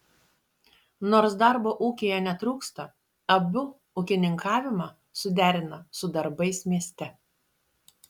nors darbo ūkyje netrūksta abu ūkininkavimą suderina su darbais mieste